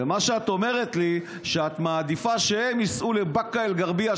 ומה שאת אומרת לי הוא שאת מעדיפה שהם ייסעו לבאקה אל-גרבייה,